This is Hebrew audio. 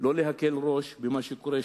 לא להקל ראש במה שקורה שם,